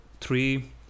three